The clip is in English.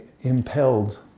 impelled